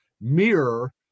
mirror